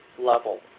level